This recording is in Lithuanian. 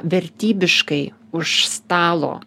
vertybiškai už stalo